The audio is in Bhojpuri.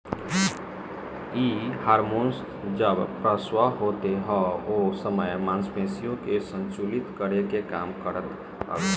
इ हार्मोन जब प्रसव होत हवे ओ समय मांसपेशियन के संकुचित करे के काम करत हवे